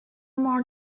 more